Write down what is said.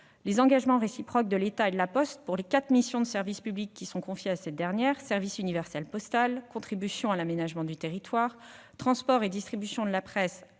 Les engagements réciproques de l'État et de La Poste pour les quatre missions de service public qui sont confiées à cette dernière- service universel postal, contribution à l'aménagement du territoire, transports et distribution de la presse,